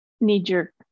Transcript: knee-jerk